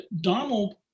Donald